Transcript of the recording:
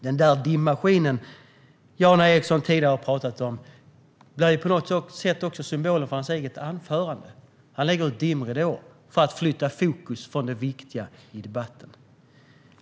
Den där dimmaskinen som Jan Ericson tidigare har pratat om blir på något sätt också symbolen för hans eget anförande. Han lägger ut dimridåer för att flytta fokus från det viktiga i debatten.